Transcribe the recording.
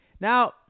Now